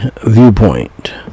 viewpoint